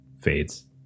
fades